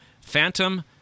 Phantom